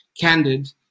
Candid